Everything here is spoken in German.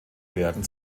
werden